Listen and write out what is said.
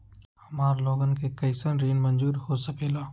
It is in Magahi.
हमार लोगन के कइसन ऋण मंजूर हो सकेला?